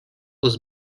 was